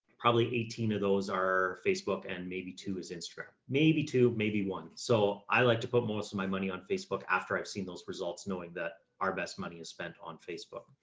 probably eighteen of those are facebook and maybe two is instagram, maybe two, maybe one. so i like to put most of my money on facebook after i've seen those results, knowing that our best money is spent on facebook,